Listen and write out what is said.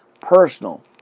personal